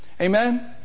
Amen